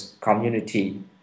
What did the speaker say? community